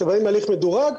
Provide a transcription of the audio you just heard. שבאים להליך מדורג,